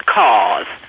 cause